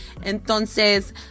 Entonces